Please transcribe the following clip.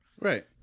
Right